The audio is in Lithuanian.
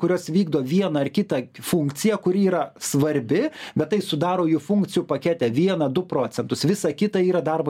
kurios vykdo vieną ar kitą funkciją kuri yra svarbi bet tai sudaro jų funkcijų pakete vieną du procentus visa kita yra darbo